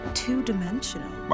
two-dimensional